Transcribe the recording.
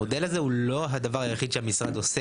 המודל הזה הוא לא הדבר היחיד שהמשרד עושה